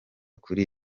kuri